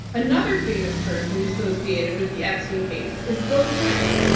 another famous person associated with the epstein case is bill clinton,